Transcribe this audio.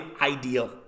ideal